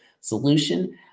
solution